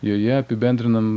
joje apibendrinam